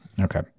Okay